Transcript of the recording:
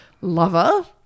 lover